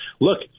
look